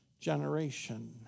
generation